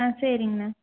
ஆ சரிங்கண்ணா